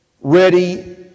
ready